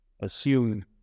assume